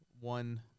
one